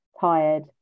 tired